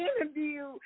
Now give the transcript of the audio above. interview